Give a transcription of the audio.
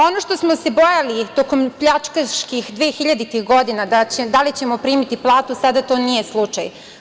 Ono što smo se bojali tokom pljačkaških dve hiljaditih godina da li ćemo primiti platu, sada to nije slučaj.